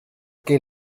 que